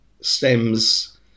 stems